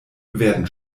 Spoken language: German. werden